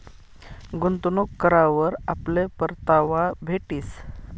गुंतवणूक करावर आपले परतावा भेटीस